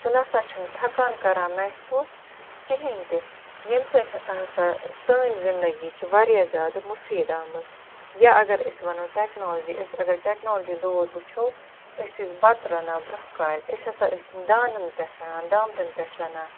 سُہ نہ سا چھُنہٕ تھکان کَران محسوٗس کِہیٖنۍ تہِ ییٚمہِ سۭتۍ ہَسا سٲنۍ زِندَگی چھِ واریاہ زیادٕ مُفیٖد آمٕژ یا اَگَر أسۍ وَنو ٹٮ۪کنالجی أسۍ اگر ٹٮ۪کنالجی دور وٕچھو أسۍ ٲسۍ بَتہٕ رَنان برٛونٛہہ کالہِ أسۍ ہَسا ٲسۍ تِم دانَن پٮ۪ٹھ رَنان دامرٛٮ۪ن پٮ۪ٹھ رَنان